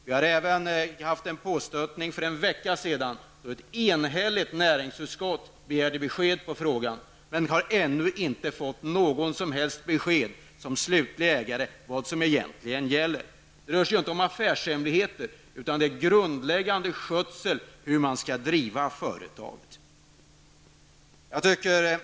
Vi har även gjort en påstötning för en vecka sedan, då ett enhälligt näringsutskott begärde besked i frågan. Vi har ännu inte, som slutliga ägare, fått något som helst besked om vad som egentligen gäller. Det rör sig inte om några affärshemligheter utan om den grundläggande skötseln av företaget.